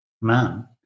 man